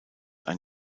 ein